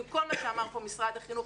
עם כל מה שאמר פה משרד החינוך,